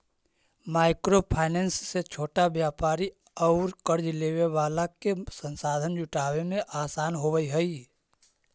micro finance से छोटा व्यापारि औउर कर्ज लेवे वाला के संसाधन जुटावे में आसान होवऽ हई